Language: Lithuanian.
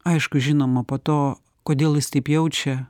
aišku žinoma po to kodėl jis taip jaučia